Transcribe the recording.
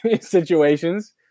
situations